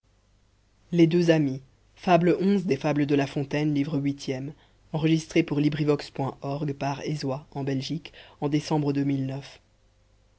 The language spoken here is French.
les fables de la fontaine